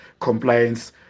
compliance